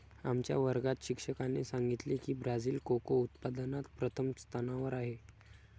आमच्या वर्गात शिक्षकाने सांगितले की ब्राझील कोको उत्पादनात प्रथम स्थानावर आहे